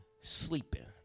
sleeping